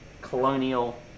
Colonial